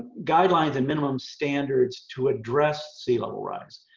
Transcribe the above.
guidelines and minimum standards to address sea level rise.